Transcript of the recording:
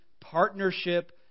partnership